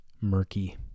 murky